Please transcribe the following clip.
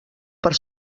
per